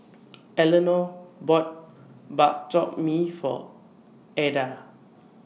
Eleanor bought Bak Chor Mee For Ada